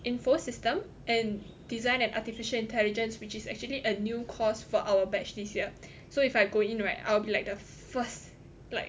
info system and design and artificial intelligence which is actually a new course for our batch this year so if I go in right I'll be like the first like